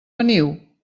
veniu